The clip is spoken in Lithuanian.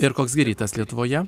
ir koks gi rytas lietuvoje